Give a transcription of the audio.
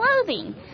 clothing